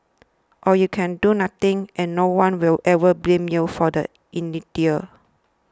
or you can do nothing and no one will ever blame you for the inertia